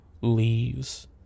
leaves